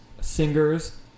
singers